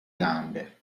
gambe